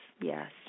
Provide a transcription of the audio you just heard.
yes